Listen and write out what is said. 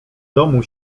domu